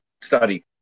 study